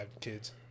kids